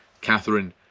Catherine